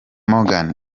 morgan